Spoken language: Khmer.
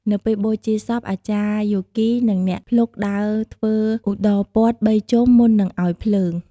នៅពេលបូជាសព អាចារ្យយោគី និងអ្នកភ្លុកដើរធ្វើឧត្តរពាត់បីជុំមុននឹងឲ្យភ្លើង។